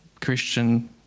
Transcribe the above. Christian